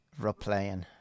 replaying